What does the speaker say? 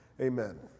amen